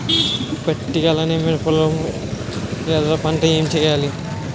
పత్తి అలానే మిరప లో ఎర పంట ఏం వేయాలి?